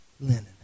linen